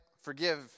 forgive